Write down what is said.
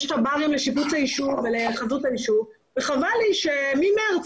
יש תב"רים לשיפוץ היישוב וחבל לי שמחודש מארס